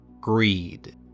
Greed